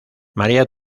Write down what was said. maría